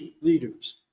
leaders